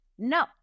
No